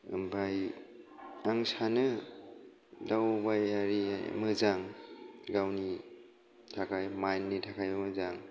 आमफाय आं सानो दावबायारिया मोजां गावनि थाखाय माइनडनि थाखायबो मोजां